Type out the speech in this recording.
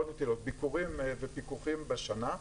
ביקורים ופיקוחים בשנה,